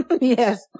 Yes